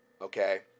okay